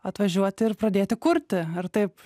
atvažiuoti ir pradėti kurti ir taip